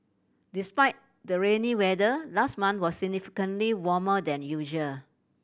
despite the rainy weather last month was significantly warmer than usual